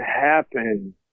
happen